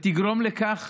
ותגרום לכך